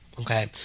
okay